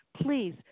please